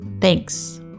Thanks